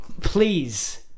please